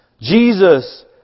Jesus